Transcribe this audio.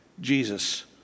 Jesus